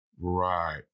Right